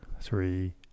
three